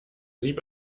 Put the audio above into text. sieb